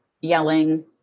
yelling